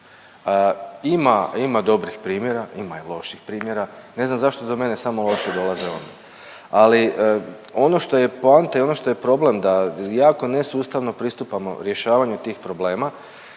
ima dobrih primjera, ima i loših primjera, ne znam zašto do mene samo loši dolaze .../nerazumljivo/... ali ono što je poanta i ono što je problem da jako nesustavno pristupamo rješavanju tih problema,